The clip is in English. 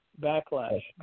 Backlash